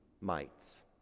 mites